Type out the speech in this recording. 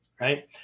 right